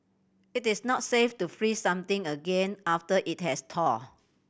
it is not safe to freeze something again after it has thaw